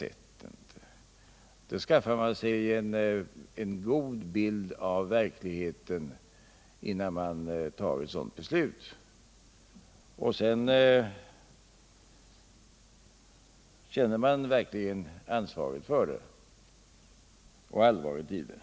Man skaffar sig en god bild av verkligheten innan man tar ett sådant beslut — och sedan känner man verkligen ansvaret för det och allvaret i det.